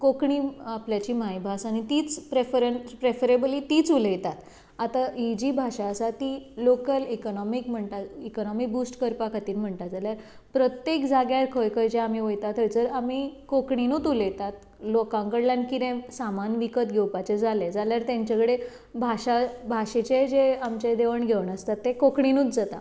कोंकणी आपणाची मायभास आनी तीच प्रेफरेबली तीच उलयतात आतां ही जी भाशा आसा ती लोकल इकनोमी बुस्ट करपा खातीर म्हणटा जाल्यार प्रत्येक जाग्यार जे खंय खंय जे आमी वयतात थंयसर आमी कोंकणींतूच उलयतात लोकां कडल्यान कितें सामान विकत घेवपाचें जालें जाल्यार तेंचे कडेन भाशेचें जें दिवण घेवण आसता तें कोंकणींतूच जाता